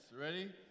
ready